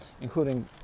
including